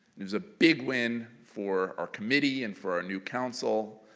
it was a big win for our committee and for our new council,